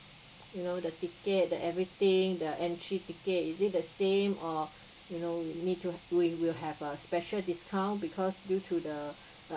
you know the ticket the everything the entry ticket is it the same or you know we need to we will have a special discount because due to the